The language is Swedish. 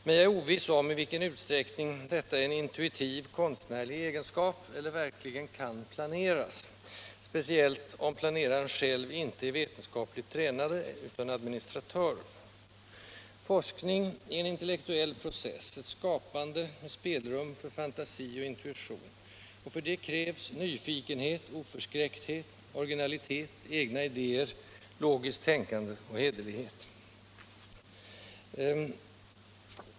Men jag är oviss om i vilken utsträckning detta är en intuitiv konstnärlig egenskap eller verkligen kan planeras, speciellt om planerarna själva inte är vetenskapligt tränade utan administratörer. Forskning är en intellektuell process, ett skapande med spelrum för fantasi och intuition, och för det krävs nyfikenhet, oförskräckthet, originalitet, egna idéer, logiskt tänkande och hederlighet.